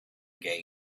gates